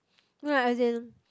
no lah as in